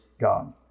God